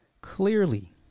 clearly